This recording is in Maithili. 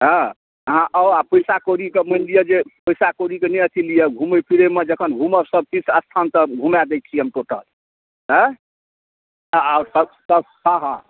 हँ अहाँ आउ आ पैसा कौड़ी कऽ मानि लिअ जे पैसा कौड़ीके नहि अथी लिअ घुमै फिरैमे जखन घुमब सभ तीर्थ स्थान तब घुमाय दै छी हम टोटल हँ अहाँ आउ सभ सभ हँ हँ